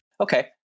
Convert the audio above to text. Okay